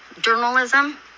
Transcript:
Journalism